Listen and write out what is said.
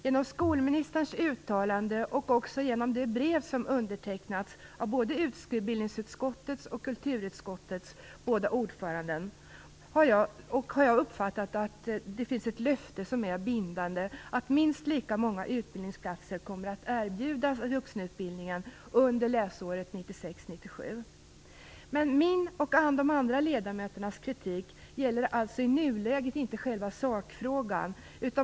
Genom skolministerns uttalanden och också genom det brev som undertecknats av både utbildningsutskottets och kulturutskottets ordförande har vad jag uppfattar som bindande löften givits att minst lika många utbildningsplatser kommer att erbjudas vuxenutbildningen under läsåret 1996/97. Min och de andra ledamöternas kritik gäller alltså i nuläget inte själva sakfrågan.